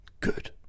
good